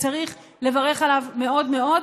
וצריך לברך עליו מאוד מאוד,